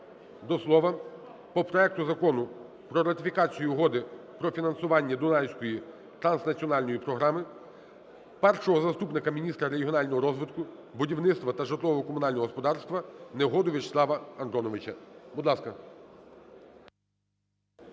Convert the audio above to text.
до слова по проекту Закону про ратифікацію Угоди про фінансування Дунайської транснаціональної програми першого заступника міністра регіонального розвитку, будівництва та житлово-комунального господарства Негоду В'ячеслава Антоновича. Будь ласка.